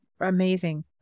amazing